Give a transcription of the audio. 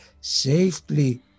safely